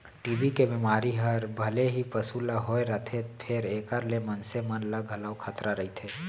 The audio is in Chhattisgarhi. टी.बी के बेमारी हर भले ही पसु ल होए रथे फेर एकर ले मनसे मन ल घलौ खतरा रइथे